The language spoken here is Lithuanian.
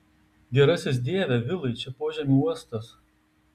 gerasis dieve vilai čia požemių uostas